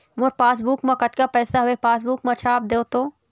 मोर passbook मा कतका पैसा हवे पासबुक मा छाप देव तो?